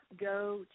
go